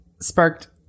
sparked